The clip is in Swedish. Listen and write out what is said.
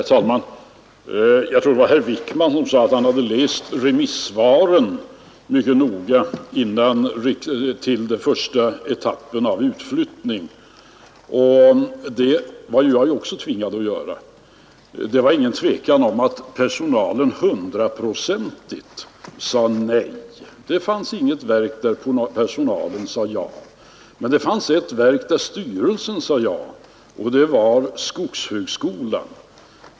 Herr talman! Jag tror det var herr Wijk man som sade att han hade läst remissvaren till den första etappen av utflyttning mycket noga. Det var också jag tvingad att göra. Det var ingen tvekan om att personalen hundraprocentigt sade nej; det fanns inget verk där personalen sade ja till utflyttning, men det fanns ett verk där styrelsen sade ja, och det var skogshögskolan.